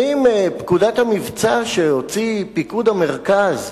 האם פקודת המבצע שהוציא פיקוד המרכז,